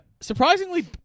Surprisingly